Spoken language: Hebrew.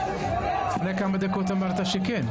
לפני כמה דקות אמרת שכן.